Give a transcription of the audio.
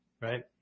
right